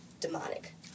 demonic